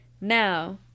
now